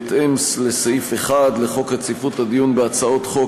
בהתאם לסעיף 1 לחוק רציפות הדיון בהצעות חוק,